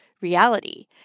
reality